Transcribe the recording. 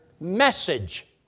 message